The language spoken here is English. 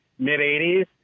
mid-'80s